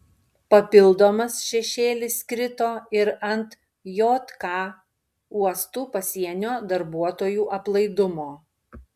papildomas šešėlis krito ir ant jk uostų pasienio darbuotojų aplaidumo